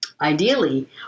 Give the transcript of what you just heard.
Ideally